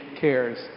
cares